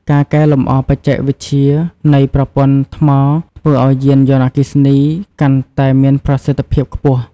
ការកែលម្អបច្ចេកវិទ្យានៃប្រព័ន្ធថ្មធ្វើឲ្យយានយន្តអគ្គីសនីកាន់តែ មានប្រសិទ្ធភាពខ្ពស់។